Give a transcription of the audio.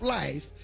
life